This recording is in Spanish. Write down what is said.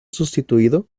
sustituido